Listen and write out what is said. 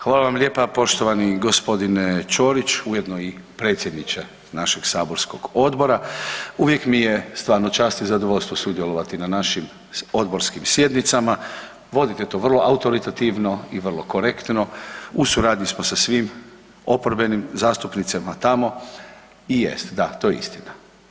Hvala vam lijepa poštovani gospodine Ćosić ujedno i predsjedniče našeg saborskog odbora, uvijek mi je stvarno čast i zadovoljstvo sudjelovati na našim odborskim sjednicama, vodite to vrlo autoritativno i vrlo korektno u suradnji sa svim oporbenim zastupnicima tamo i jest da to je istina.